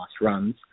runs